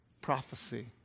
prophecy